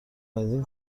بنزین